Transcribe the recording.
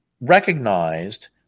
recognized